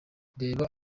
reba